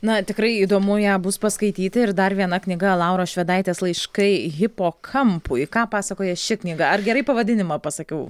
na tikrai įdomu ją bus paskaityti ir dar viena knyga lauros švedaitės laiškai hipokampui ką pasakoja ši knyga ar gerai pavadinimą pasakiau